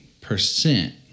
percent